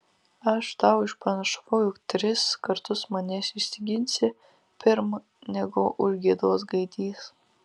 aš tau išpranašavau jog tris kartus manęs išsiginsi pirm negu užgiedos gaidys